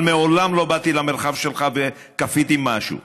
אבל מעולם לא באתי למרחב שלך וכפיתי משהו.